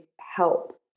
help